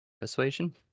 persuasion